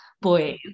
boys